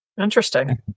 Interesting